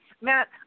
Matt